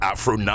Afro